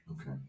Okay